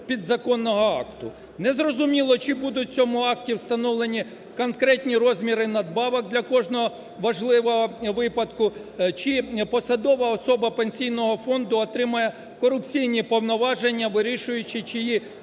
Не зрозуміло, чи будуть в цьому акті встановлені конкретні розміри надбавок для кожного важливого випадку чи посадова особа Пенсійного фонду отримає корупційні повноваження, вирішуючи, чиї заслуги